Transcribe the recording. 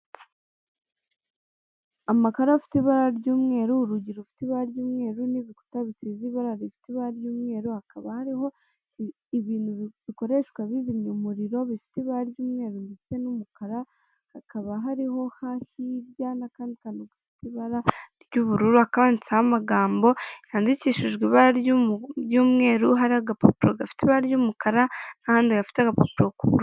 Amakaro afite ibara ry'umweru, urugi rufite ibara ry'umweru, n'ibikuta bisize ibara rifite ibara ry'umweru, hakaba hariho ibintu bikoreshwa bizimya umuriro bifite ibara ry'umweru ndetse n'umukara, hakaba hariho hasi hahirya nakandi kantu gafite ibara ry'ubururu kanditseho amagambo yandikishijwe ibara ry'umweru hari agapapuro gafite ibara ry'umukara, nahandi hafite agapapuro k'ubururu.